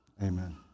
Amen